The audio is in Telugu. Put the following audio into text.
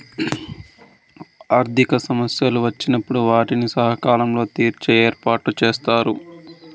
ఆర్థిక సమస్యలు వచ్చినప్పుడు వాటిని సకాలంలో తీర్చే ఏర్పాటుచేశారు